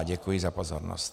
Děkuji za pozornost.